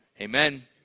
Amen